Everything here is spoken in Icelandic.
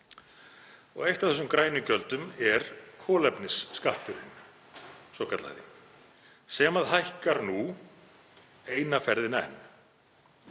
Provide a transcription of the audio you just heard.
Eitt af þessum grænu gjöldum er kolefnisskatturinn svokallaði sem hækkar nú eina ferðina enn.